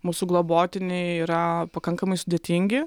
mūsų globotiniai yra pakankamai sudėtingi